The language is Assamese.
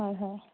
হয় হয়